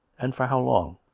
and for how long?